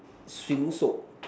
swimming soap